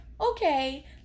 Okay